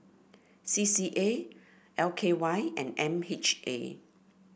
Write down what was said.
C C A L K Y and M H A